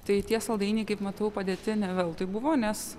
tai tie saldainiai kaip matau padėti ne veltui buvo nes